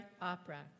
Opera